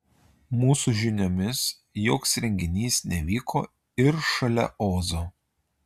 mūsų žiniomis joks renginys nevyko ir šalia ozo